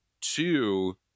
two